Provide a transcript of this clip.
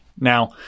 Now